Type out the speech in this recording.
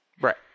Right